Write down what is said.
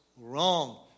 wrong